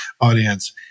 audience